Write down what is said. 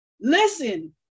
Listen